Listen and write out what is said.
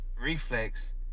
reflex